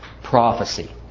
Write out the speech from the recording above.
prophecy